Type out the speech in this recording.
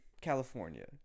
California